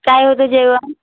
काय होतं जेवण